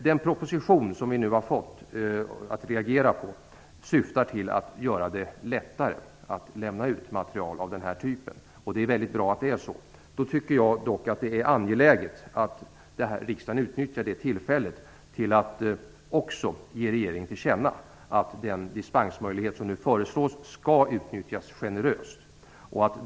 Den proposition som vi har fått att reagera på syftar till att göra det lättare att lämna ut material av den här typen. Det är väldigt bra att det är så. Jag tycker dock att det är angeläget att riksdagen utnyttjar tillfället att också ge regeringen till känna att den dispensmöjlighet som nu föreslås skall utnyttjas generöst.